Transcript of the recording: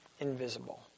invisible